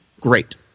great